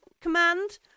command